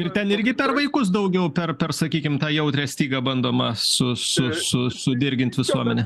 ir ten irgi per vaikus daugiau per per sakykim tą jautrią stygą bandoma su su su sudirgint visuomenę